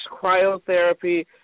cryotherapy